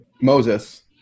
Moses